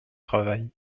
travail